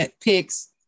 picks